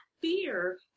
Fear